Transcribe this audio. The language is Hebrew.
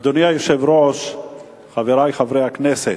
אדוני היושב-ראש, חברי חברי הכנסת,